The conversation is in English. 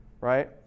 right